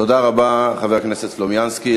תודה רבה, חבר הכנסת סלומינסקי.